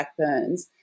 backburns